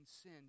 sin